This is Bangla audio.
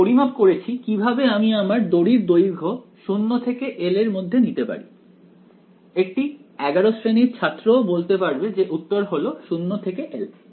আমি পরিমাপ করেছি কিভাবে আমি আমার দড়ির দৈর্ঘ্য 0 এবং l এর মধ্যে নিতে পারি একটি 11 শ্রেণীর ছাত্র ও বলতে পারবে যে উত্তর হল 0 থেকে L